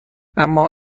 اما